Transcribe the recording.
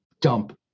dump